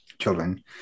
children